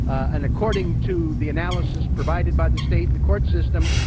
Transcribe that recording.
and according to the analysis provided by the state and court system,